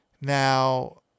Now